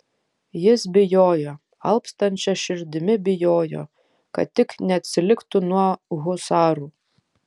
jis bijojo alpstančia širdimi bijojo kad tik neatsiliktų nuo husarų